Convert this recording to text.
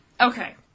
Okay